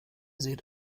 seht